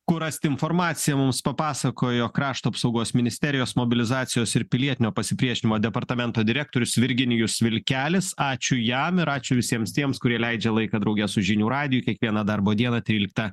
kur rasti informaciją mums papasakojo krašto apsaugos ministerijos mobilizacijos ir pilietinio pasipriešinimo departamento direktorius virginijus vilkelis ačiū jam ir ačiū visiems tiems kurie leidžia laiką drauge su žinių radiju kiekvieną darbo dieną tryliktą